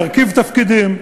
להרכיב תפקידים,